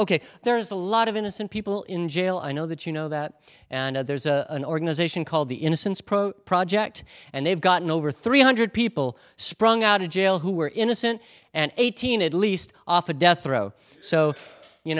ok there's a lot of innocent people in jail i know that you know that and there's a organization called the innocence project project and they've gotten over three hundred people sprung out of jail who were innocent and eighteen at least off a death row so you